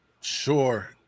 Sure